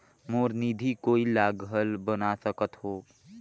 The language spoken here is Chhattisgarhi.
मोर निधि कोई ला घल बना सकत हो?